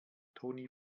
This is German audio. toni